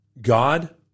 God